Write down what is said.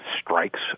strikes